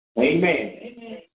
Amen